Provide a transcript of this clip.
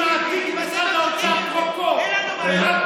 דרך אגב,